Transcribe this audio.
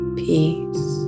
peace